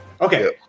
Okay